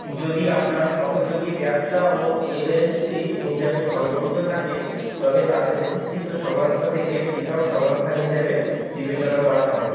যদি আপনার সহযোগী ব্যবসাও এলএলসি হিসাবে সংগঠিত থাকে তবে তাদের অধিষ্ঠিত সংস্থা থেকে পৃথক সংস্থা হিসাবে বিবেচনা করা হবে